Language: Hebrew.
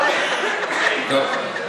טוב.